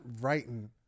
writing